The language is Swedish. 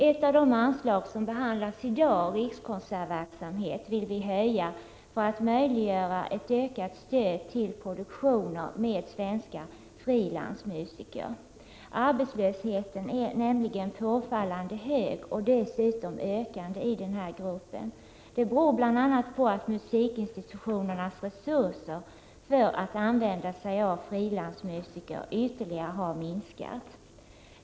Ett av de anslag som behandlas i dag — det gäller Rikskonsertverksamheten — vill vi höja för att möjliggöra ett ökat stöd till produktioner med svenska frilansmusiker. Arbetslösheten är nämligen påfallande hög och den ökar dessutom i denna grupp. Det beror bl.a. på att musikinstitutionernas resurser när det gäller att använda sig av frilansmusiker ytterligare har minskat.